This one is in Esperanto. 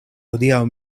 hodiaŭ